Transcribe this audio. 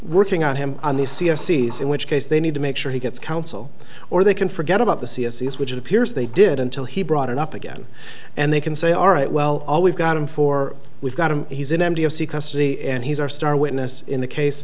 working on him on the c f c s in which case they need to make sure he gets counsel or they can forget about the c f c s which it appears they did until he brought it up again and they can say all right well all we've got him for we've got him he's an empty o c custody and he's our star witness in the case